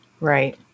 Right